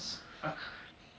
not sure